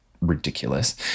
ridiculous